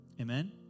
Amen